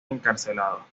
encarcelados